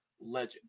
legend